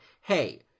hey